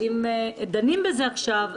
ואם דנים בזה עכשיו,